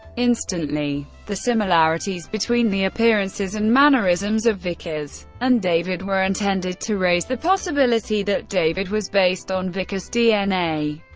instantly. the similarities between the appearances and mannerisms of vickers and david were intended to raise the possibility that david was based on vickers's dna,